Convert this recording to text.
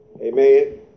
Amen